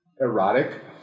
erotic